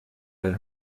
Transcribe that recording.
than